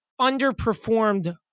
underperformed